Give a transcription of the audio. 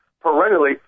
perennially